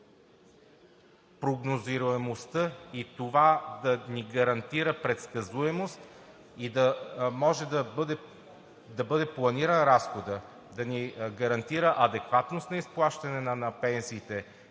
прогнозируемостта и това да ни гарантира предсказуемост, да може да бъде планиран разходът, да ни гарантира адекватност на изплащане на пенсиите,